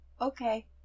Okay